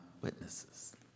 witnesses